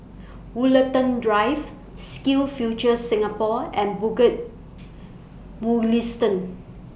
Woollerton Drive SkillsFuture Singapore and Bukit Mugliston